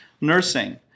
nursing